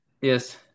Yes